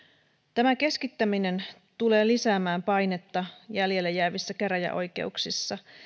tämä keskittäminen tulee lisäämään painetta jäljelle jäävissä käräjäoikeuksissa